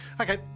Okay